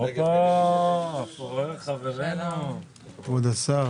בואו נחבר את הפריפריה למרכז,